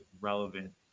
relevant